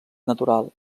natural